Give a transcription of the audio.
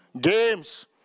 games